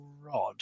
Rod